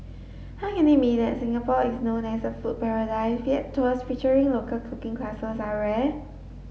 how can it be that Singapore is known as a food paradise yet tours featuring local cooking classes are rare